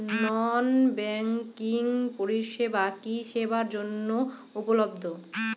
নন banking পরিষেবা কি সবার জন্য উপলব্ধ?